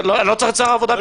לא צריך את שר העבודה בשביל זה.